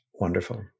Wonderful